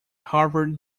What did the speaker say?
harvard